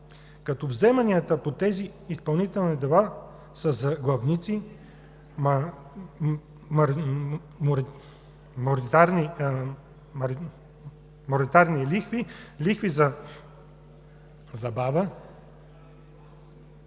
като вземанията по тези изпълнителни дела са за главници, миноритарни лихви, лихви за забава